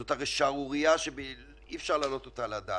זאת הרי שערורייה שאי אפשר להעלות אותה על הדעת.